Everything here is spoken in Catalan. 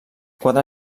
quatre